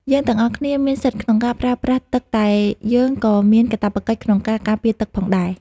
យើងទាំងអស់គ្នាមានសិទ្ធិក្នុងការប្រើប្រាស់ទឹកតែយើងក៏មានកាតព្វកិច្ចក្នុងការការពារទឹកផងដែរ។